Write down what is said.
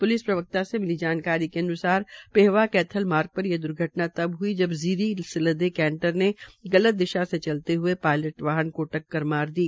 police प्रवक्ता से मिली जानकारी के अन्सार पेहवा केथल मार्ग पर ये द्धटना तब ह्ई जब जीरी से लदे कैंटर ने गलत दिशा मे चलते हये पायलट वाहन को टक्कर मार दी